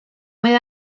mae